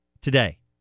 Today